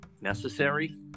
necessary